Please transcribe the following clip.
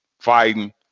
fighting